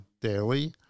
daily